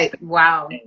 Wow